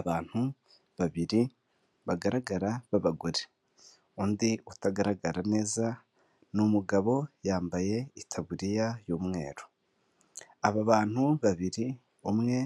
Abantu babiri bagaragara b'abagore, undi utagaragara neza ni umugabo yambaye itaburiya y'umweru. Aba abantu babiri umwe